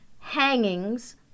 hangings